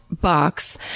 box